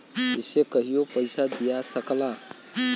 इसे कहियों पइसा दिया सकला